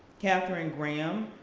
katharine graham,